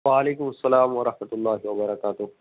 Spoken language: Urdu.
وعلیکم السّلام ورحمۃ اللہ و برکاتہ